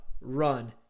run